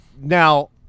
Now